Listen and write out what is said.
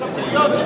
הטעות היא